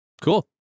Cool